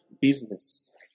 business